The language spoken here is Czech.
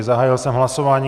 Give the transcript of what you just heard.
Zahájil jsem hlasování.